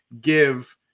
give